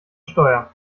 steuer